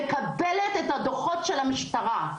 מקבלת את הדוחות של המשטרה.